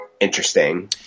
interesting